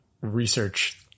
research